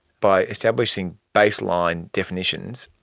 by establishing baseline definitions,